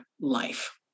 life